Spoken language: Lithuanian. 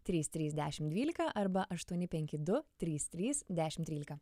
trys trys dešim dvylika arba aštuoni penki du trys trys dešim trylika